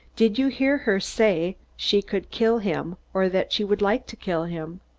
did you hear her say she could kill him or that she would like to kill him?